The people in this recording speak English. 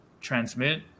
transmit